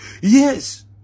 Yes